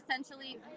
essentially